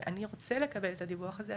אני רוצה לקבל את הדיווח הזה,